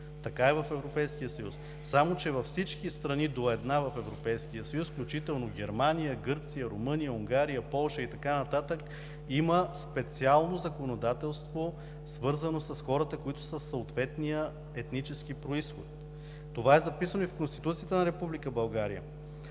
Така е в Европейския съюз. Само че във всички страни в Европейския съюз, включително в Германия, Гърция, Румъния, Унгария, Полша и така нататък, има специално законодателство, свързано с хората, които са със съответния етнически произход. Това е записано и в Конституцията на Република България,